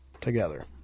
together